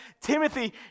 Timothy